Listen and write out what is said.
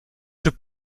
czy